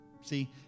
See